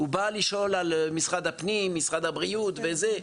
הוא בא לשאול על משרד הפנים, הבריאות וכולי.